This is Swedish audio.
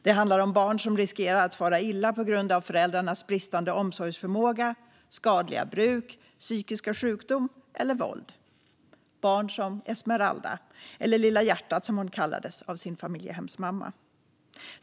Det handlar om barn som riskerar att fara illa på grund av föräldrarnas bristande omsorgsförmåga, skadliga bruk, psykiska sjukdom eller våld - barn som Esmeralda, eller "Lilla hjärtat" som hon kallades av sin familjehemsmamma.